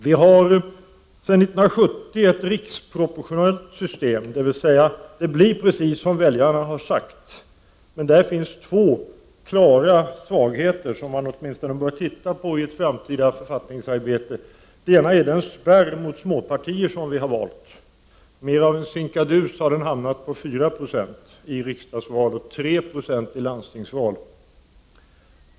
Vi har sedan 1970 ett riksproportionellt system, dvs. valresultatet blir precis det som väljarna har sagt, men det finns i systemet två klara svagheter, som man åtminstone bör studera i ett framtida författningsarbete. Det ena är den spärr mot småpartier som vi har valt. Mera av en sinkadus har den hamnat på 4 20 i riksdagsval och på 3 26 i landstingsval.